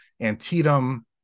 Antietam